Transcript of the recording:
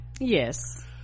yes